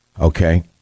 Okay